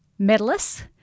medalists